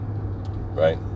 Right